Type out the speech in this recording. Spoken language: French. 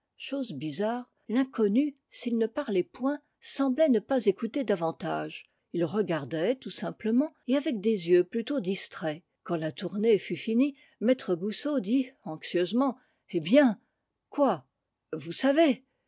chose bizarre l'inconnu s'il ne parlait point semblait ne pas écouter davantage il regardait tout simplement et avec des yeux plutôt distraits quand la tournée fut finie maître goussot dit anxieusement eh bien quoi vous savez